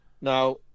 Now